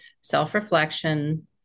self-reflection